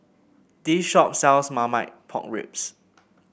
this shop sells Marmite Pork Ribs